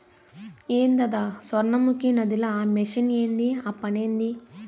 ఏందద సొర్ణముఖి నదిల ఆ మెషిన్ ఏంది ఆ పనేంది